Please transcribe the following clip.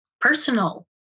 personal